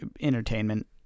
entertainment